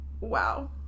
wow